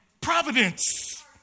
Providence